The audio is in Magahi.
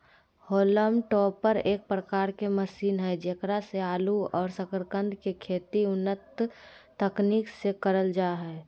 हॉलम टॉपर एक प्रकार के मशीन हई जेकरा से आलू और सकरकंद के खेती उन्नत तकनीक से करल जा हई